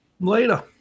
Later